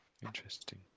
Interesting